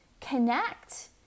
connect